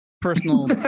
personal